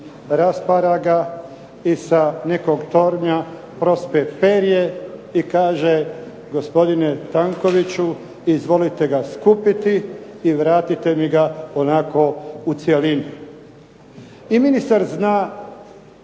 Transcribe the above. raspara ga i sa nekog tornja prospe perje i kaže gospodine Tankoviću izvolite ga skupiti i vratite mi ga onako u cjelini. I ministar zna